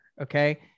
okay